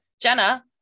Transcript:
Jenna